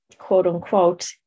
quote-unquote